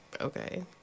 okay